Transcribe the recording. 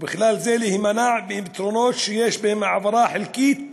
ובכלל זה יש להימנע מפתרונות שיש בהם העברה, חלקית